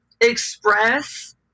express